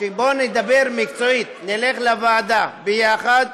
בוא נדבר מקצועית, נלך לוועדה יחד,